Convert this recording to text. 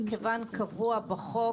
הרכבן קבוע בחוק.